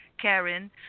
Karen